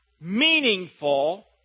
meaningful